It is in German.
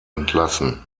entlassen